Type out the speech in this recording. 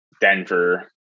Denver